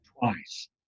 twice